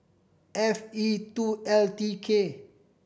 F E two L T K